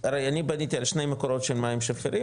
הרי אני בניתי על שני מקורות של מים שפירים,